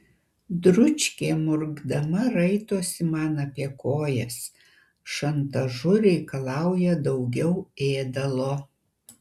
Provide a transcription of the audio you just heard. dručkė murkdama raitosi man apie kojas šantažu reikalauja daugiau ėdalo